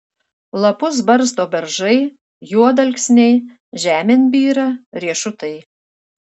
lapus barsto beržai juodalksniai žemėn byra riešutai